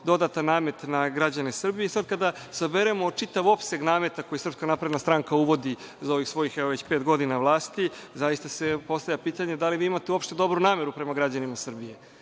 dodatan namet na građane Srbije. Sada kada saberemo čitav opseg nameta koji SNS stranka uvodi za ovih pet godina vlasti, zaista se postavlja pitanje - da li vi imate uopšte dobru nameru prema građanima Srbije? Sva